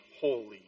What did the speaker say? holy